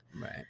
Right